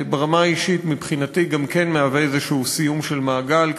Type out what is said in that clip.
שברמה האישית מבחינתי גם כן מהווה איזשהו סיום מעגל,